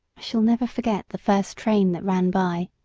shall never forget the first train that ran by.